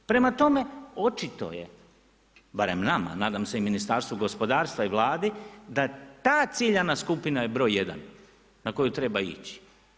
Prema tome, očito je barem nama, nadam se i Ministarstvu gospodarstva i Vladi da ta ciljana skupina je broj 1 na koju treba ići.